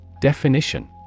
Definition